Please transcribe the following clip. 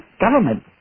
government